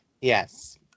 Yes